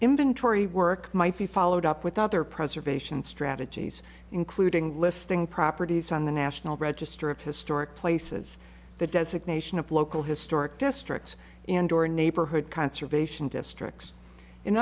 inventory work might be followed up with other preservation strategies including listing properties on the national register of historic places the designation of local historic districts and or neighborhood conservation districts in